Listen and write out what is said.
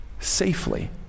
safely